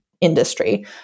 industry